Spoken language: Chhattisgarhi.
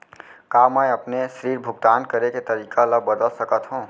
का मैं अपने ऋण भुगतान करे के तारीक ल बदल सकत हो?